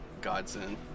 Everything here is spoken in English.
godsend